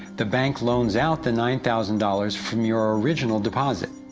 the bank loans out the nine thousand dollars from your original deposit.